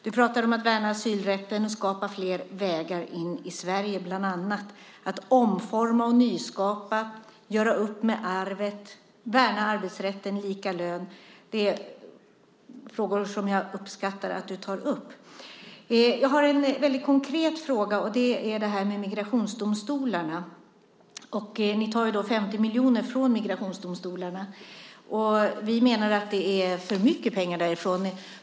Du talade om att värna asylrätten och skapa flera vägar in i Sverige, bland annat att omforma och nyskapa, göra upp med arvet, värna om arbetsrätt och lika lön. Det är frågor som jag uppskattar att du tar upp. Jag har en väldigt konkret fråga som gäller migrationsdomstolarna. Ni tar 50 miljoner från migrationsdomstolarna. Vi menar att det är för mycket pengar därifrån.